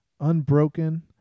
Unbroken